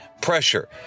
pressure